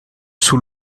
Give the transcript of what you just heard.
sous